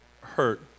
hurt